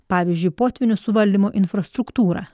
pavyzdžiui potvynių suvaldymo infrastruktūrą